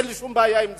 אין לי שום בעיה עם זה.